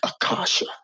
Akasha